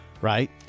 right